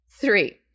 Three